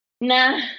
nah